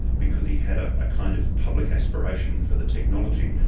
because he had a ah kind of public aspiration for the technology.